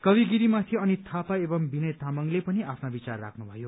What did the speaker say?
कवि गिरी माथि अनित थापा एवं विनय तामाङले पनि आफ्ना विचार राख्नु भयो